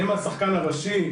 הם השחקן הראשי.